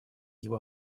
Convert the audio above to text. его